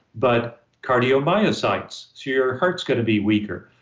but cardiomyocytes. so, your heart's going to be weaker.